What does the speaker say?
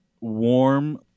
warm